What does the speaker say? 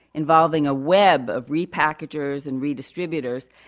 involving a web of repackagers and redistributors,